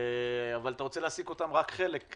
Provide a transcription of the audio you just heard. אבל אתה רוצה להעסיק אותם חלקית.